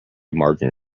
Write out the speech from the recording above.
margin